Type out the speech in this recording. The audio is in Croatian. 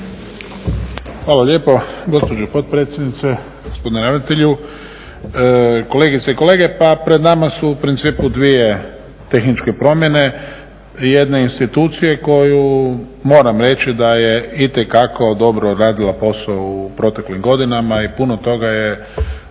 Hvala lijepo. Gospođo potpredsjednice, gospodine ravnatelju, kolegice i kolege. Pa pred nama su u principu dvije tehničke promjene. Jedna je institucije koju moram reći da je itekako dobro radila posao u proteklim godinama i puno toga je